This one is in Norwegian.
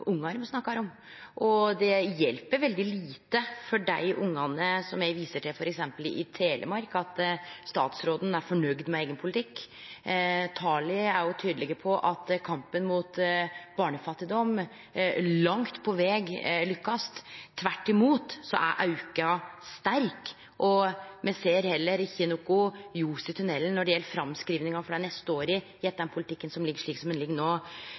fornøgd med eigen politikk. Tala er tydelege på kampen mot barnefattigdom og opp mot at den langt på veg lykkast. Tvert imot er det ein sterk auke. Me ser heller ikkje noko ljos i tunnelen når det gjeld framskrivinga for dei neste åra, gjeve den politikken som ligg